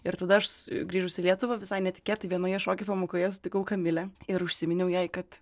ir tada aš grįžus į lietuvą visai netikėtai vienoje šokių pamokoje sutikau kamilę ir užsiminiau jai kad